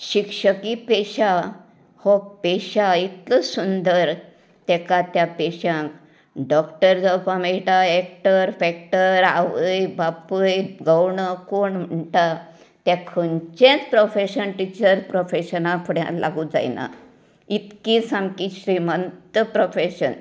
शिक्षकीय पेशा हो पेशां इतलो सुंदर तेकां त्या पेशांक डॉक्टर जावपाक मेळटा एक्टर फेक्टर आवय बापूय गवणो कोण म्हणटा त्या खंयचेच प्रोफेशन टिचर प्रोफेशना फुड्यांत लागू जायना इतकी सामकीं श्रीमंत प्रोफेशन